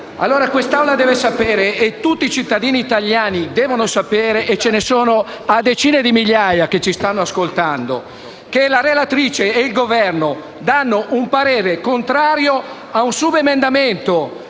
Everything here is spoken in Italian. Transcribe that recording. questa Assemblea e tutti i cittadini italiani devono sapere - ce ne sono a decine di migliaia che ci stanno ascoltando - che la relatrice e il Governo esprimono un parere contrario a un subemendamento